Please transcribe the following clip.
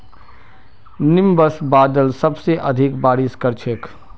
nimbus बादल सबसे अधिक बारिश कर छेक